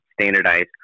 standardized